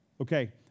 Okay